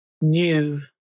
new